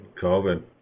COVID